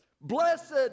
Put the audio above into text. Blessed